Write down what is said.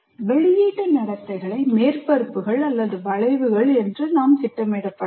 வெளியீட்டு நடத்தைகளை மேற்பரப்புகள் அல்லது வளைவுகள் என திட்டமிடப்படலாம்